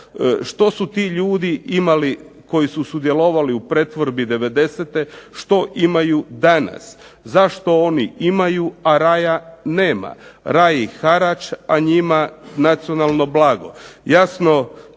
što su ti ljudi imali koji su sudjelovali u pretvorbi 90. što imaju danas, zašto oni imaju a raja nema, raji harač a njima nacionalno blago. Jasno